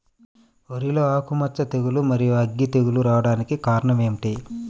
వరిలో ఆకుమచ్చ తెగులు, మరియు అగ్గి తెగులు రావడానికి కారణం ఏమిటి?